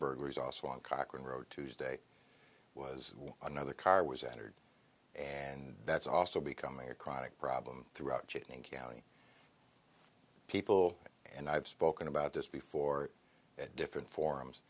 burglars also on cochran road tuesday was another car was entered and that's also becoming a chronic problem throughout gitting county people and i've spoken about this before at different forums